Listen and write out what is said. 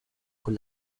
con